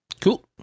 Cool